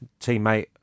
teammate